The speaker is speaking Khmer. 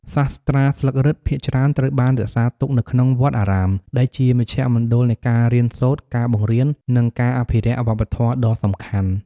សាស្រ្តាស្លឹករឹតភាគច្រើនត្រូវបានរក្សាទុកនៅក្នុងវត្តអារាម ដែលជាមជ្ឈមណ្ឌលនៃការរៀនសូត្រ ការបង្រៀន និងការអភិរក្សវប្បធម៌ដ៏សំខាន់។